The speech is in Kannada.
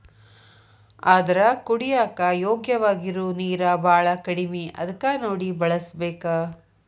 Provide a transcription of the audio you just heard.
ಆದರ ಕುಡಿಯಾಕ ಯೋಗ್ಯವಾಗಿರು ನೇರ ಬಾಳ ಕಡಮಿ ಅದಕ ನೋಡಿ ಬಳಸಬೇಕ